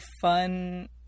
fun